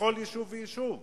בכל יישוב ויישוב.